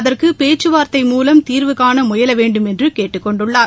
அதற்கு பேச்சுவார்த்தை மூலம் தீர்வுகாண மயல வேண்டுமென்று கேட்டுக் கொண்டுள்ளார்